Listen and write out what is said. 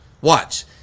watch